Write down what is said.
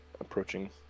approaching